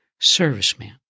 Serviceman